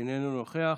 איננו נוכח,